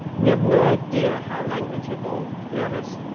we have no idea how language evolved, to be honest.